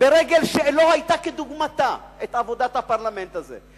ברגל שלא היתה כדוגמתה את עבודת הפרלמנט הזה.